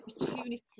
opportunity